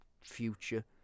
future